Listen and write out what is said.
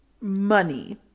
money